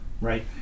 Right